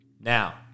Now